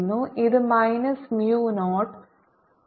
ഇതിൽ minus mu not J